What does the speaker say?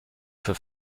für